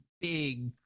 big